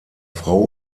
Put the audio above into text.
frau